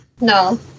No